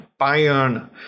Bayern